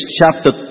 chapter